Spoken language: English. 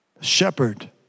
Shepherd